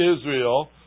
Israel